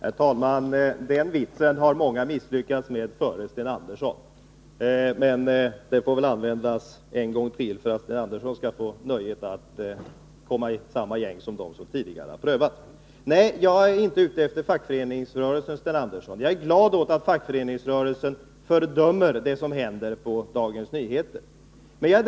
Fru talman! Den vitsen har många misslyckats med före Sten Andersson. Men den får väl användas en gång till, för att Sten Andersson skall få nöjet att komma in i samma gäng som dem som prövat tidigare. Nej, jag är inte ute efter fackföreningsrörelsen, Sten Andersson. Jag är glad åt att fackföreningsrörelsen fördömer det som händer på Dagens Nr 139 Nyheter.